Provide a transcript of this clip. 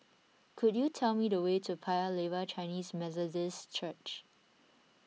could you tell me the way to Paya Lebar Chinese Methodist Church